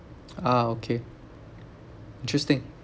ah okay interesting